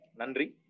Nandri